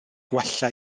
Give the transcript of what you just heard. gwella